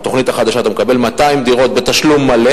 בתוכנית החדשה אתה מקבל 200 דירות בתשלום מלא,